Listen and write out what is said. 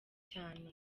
cyane